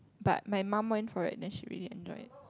but my mum went for it then she really enjoyed it